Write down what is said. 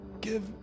give